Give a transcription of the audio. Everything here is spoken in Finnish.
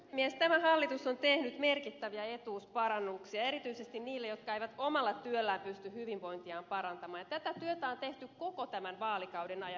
tämä hallitus on tehnyt merkittäviä etuusparannuksia erityisesti niille jotka eivät omalla työllään pysty hyvinvointiaan parantamaan ja tätä työtä on tehty koko tämän vaalikauden ajan